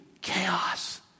chaos